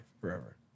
forever